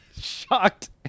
shocked